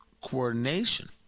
coordination